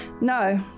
No